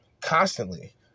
constantly